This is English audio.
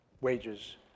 wages